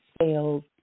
sales